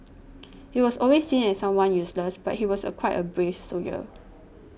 he was always seen as someone useless but he was a quite a brave soldier